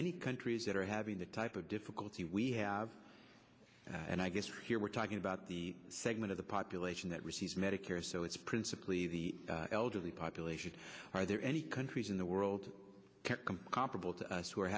any countries that are having the type of difficulty we have and i guess here we're talking about the segment of the population that receives medicare so it's principally the elderly population are there any countries in the world comparable to us w